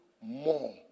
more